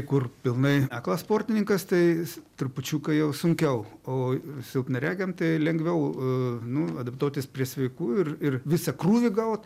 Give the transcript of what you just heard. kur pilnai aklas sportininkas tai trupučiuką jau sunkiau o silpnaregiam tai lengviau nu adaptuotis prie sveikų ir ir visą krūvį gaut